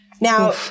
Now